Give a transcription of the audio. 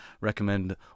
recommend